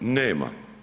Nema.